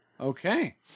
Okay